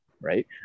right